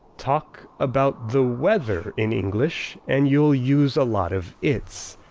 talk about the weather in english, and you'll use a lot of its.